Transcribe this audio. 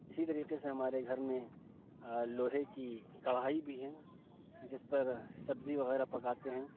اِسی طریقے سے ہمارے گھر میں لوہے کی کڑاہی بھی ہیں جس پر سبزی وغیرہ پکاتے ہیں